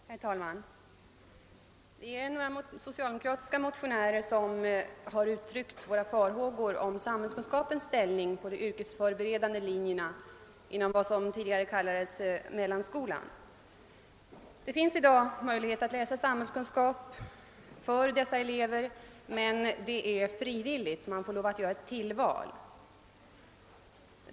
Herr talman! Vi är några socaldemokratiska ledamöter som i de likalydande motionerna 1: 583 och II: 678 har uttryckt våra farhågor för ämnet samhällskunskap inom de yrkesförberedande linjerna i den skolform som tidigare kallades mellanskolan. Det finns i dag möjligheter att läsa samhällskunskap för dessa elever, men ämnet är frivilligt. Man får lov att göra ett tillval.